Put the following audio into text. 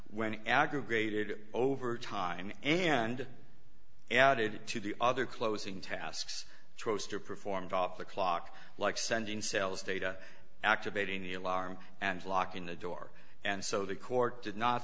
when aggregated over time and added to the other closing tasks toaster performed off the clock like sending sales data activating the alarm and locking the door and so the court did not